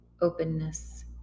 openness